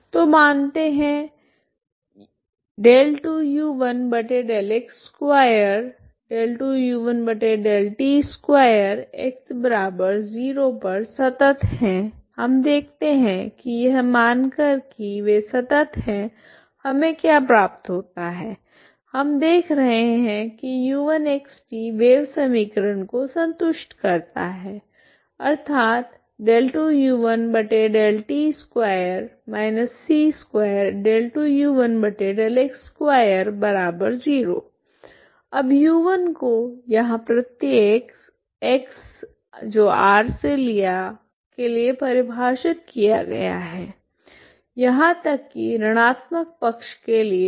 तो मानते हैं x0 पर संतत हैं हम देखते हैं कि यह मानकर कि वे संतत हैं हमे क्या प्राप्त होता है हम देख रहे हैं कि u1xt वेव समीकरण को संतुष्ट करता हैअर्थात अब u1 को यहां प्रत्येक x ∈ R के लिए परिभाषित किया गया है यहाँ तक कि ऋणात्मक पक्ष के लिए भी